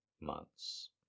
months